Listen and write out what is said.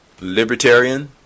Libertarian